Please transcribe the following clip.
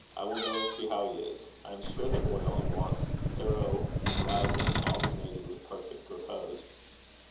i will go and see how he is. i am sure the boy only wants thorough rousing, alternated with perfect repose.